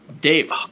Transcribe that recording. Dave